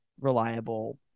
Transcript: reliable